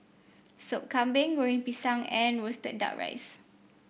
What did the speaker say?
Sop Kambing Goreng Pisang and roasted duck rice